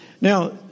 Now